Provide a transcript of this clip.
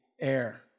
air